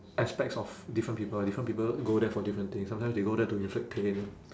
aspects of different people different people go there for different things sometimes they go there to inflict pain